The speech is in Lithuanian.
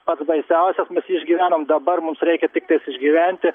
pats baisiausias mes jį išgyvenom dabar mums reikia tiktais išgyventi